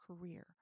career